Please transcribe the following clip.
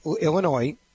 Illinois